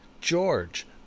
George